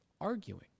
Arguing